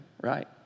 right